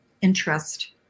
interest